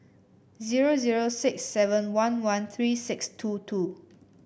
zero zero six seven one one three six two two